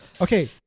Okay